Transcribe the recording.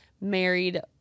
married